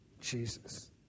Jesus